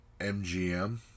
MGM